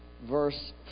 verse